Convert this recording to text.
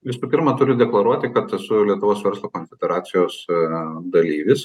visų pirma turiu deklaruoti kad esu lietuvos verslo konfederacijos eee dalyvis